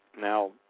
Now